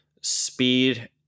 speed